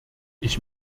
ich